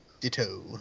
ditto